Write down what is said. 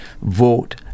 vote